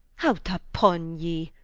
out vpon ye.